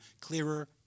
clearer